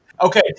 Okay